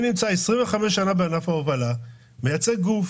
אני נמצא 25 שנים בענף ההובלה, מייצג גוף